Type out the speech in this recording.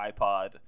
iPod